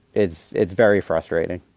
it's it's very frustrating.